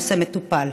הנושא מטופל.